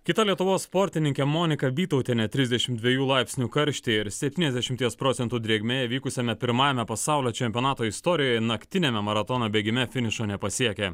kita lietuvos sportininkė monika bytautienė trisdešimt dviejų laipsnių karštyje ir septyniasdešimties procentų drėgmėje vykusiame pirmajame pasaulio čempionato istorijoje naktiniame maratono bėgime finišo nepasiekė